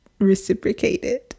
reciprocated